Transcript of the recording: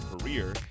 career